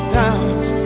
doubt